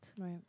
Right